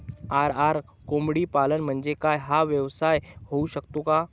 RR कोंबडीपालन म्हणजे काय? हा व्यवसाय होऊ शकतो का?